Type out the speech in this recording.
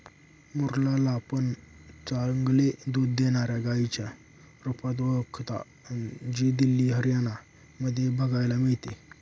मुर्रा ला पण चांगले दूध देणाऱ्या गाईच्या रुपात ओळखता, जी दिल्ली, हरियाणा मध्ये बघायला मिळते